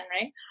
Right